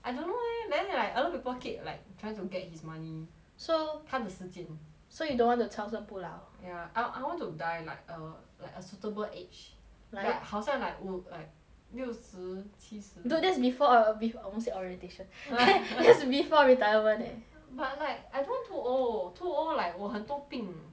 I don't know eh then like a lot of people keep like trying to get his money so 他的时间 so you don't want to 长生不老 ya I I want to die like a like a suitable age like 好像 like 五 like 六十七十 dude that's before ori~ bef~ almost said orientation th~ that's before retirement leh but like I don't want too old too old like 我很多病